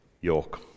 York